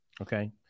Okay